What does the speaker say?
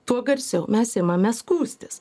tuo garsiau mes imame skųstis